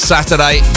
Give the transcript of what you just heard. Saturday